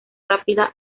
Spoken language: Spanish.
rápida